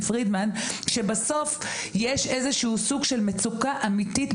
לכך שבסוף יש איזשהו סוג של מצוקה אמיתית,